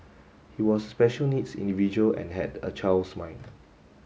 he was special needs individual and had a child's mind